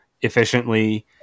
efficiently